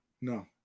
no